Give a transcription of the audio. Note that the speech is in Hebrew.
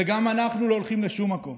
וגם אנחנו לא הולכים לשום מקום,